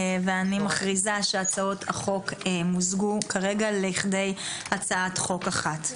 ואני מכריזה שהצעות החוק מוזגו כרגע לכדי הצעת חוק אחת.